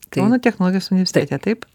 kauno technologijos universitete taip